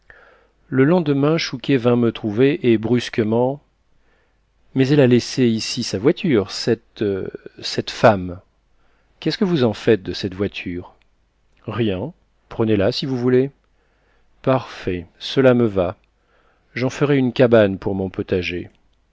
le lendemain chouquet vint me trouver et brusquement mais elle a laissé ici sa voiture cette cette femme qu'est-ce que vous en faites de cette voiture rien prenez-la si vous voulez parfait cela me va j'en ferai une cabane pour mon potager